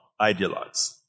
ideologues